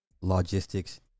logistics